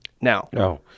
Now